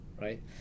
right